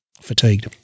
fatigued